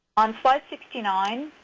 on slide sixty nine,